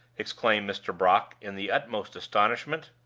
exclaimed mr. brock, in the utmost astonishment.